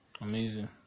Amazing